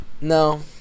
No